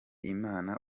imana